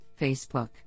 Facebook